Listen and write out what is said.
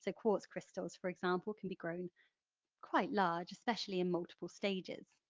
so quartz crystals, for example, can be grown quite large, especially in multiple stages.